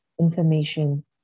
information